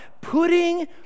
putting